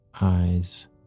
eyes